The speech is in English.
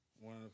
One